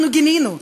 אנחנו גינינו,